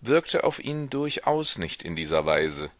wirkte auf ihn durchaus nicht in dieser weise